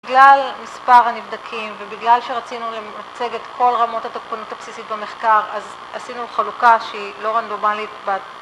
בגלל מספר הנבדקים ובגלל שרצינו למצג את כל רמות התוקפנות הבסיסית במחקר אז עשינו חלוקה שהיא לא רנדומלית ב...